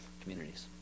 communities